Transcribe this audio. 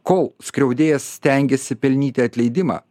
kol skriaudėjas stengiasi pelnyti atleidimą